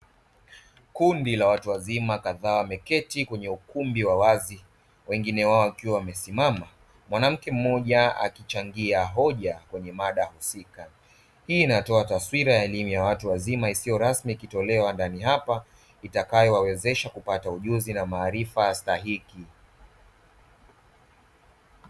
Kundi la watu wazima kadhaa wameketi kwenye ukumbi wa wazi wengine wao wakiwa wamesimama, mwanamke mmoja akishangia hoja kwenye mada husika. Hii inatoa taswira ya elimu ya watu wazima isiyo rasmi kutolewa ndani hapa itakayo wawezesha kupata ujuzi na maarifa stahiki.